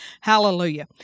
Hallelujah